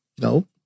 No